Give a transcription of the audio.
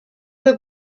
were